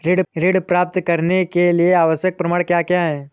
ऋण प्राप्त करने के लिए आवश्यक प्रमाण क्या क्या हैं?